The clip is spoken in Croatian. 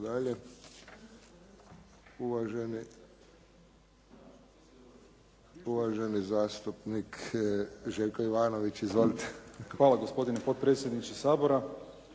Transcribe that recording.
Hvala gospodine potpredsjedniče Sabora.